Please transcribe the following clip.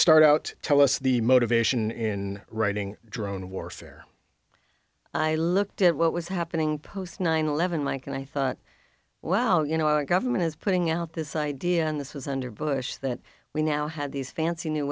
start out tell us the motivation in writing drone warfare i looked at what was happening post nine eleven mike and i thought well you know our government is putting out this idea and this was under bush that we now had these fancy new